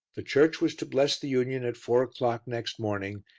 the church was to bless the union at four o'clock next morning,